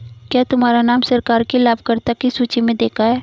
क्या तुम्हारा नाम सरकार की लाभकर्ता की सूचि में देखा है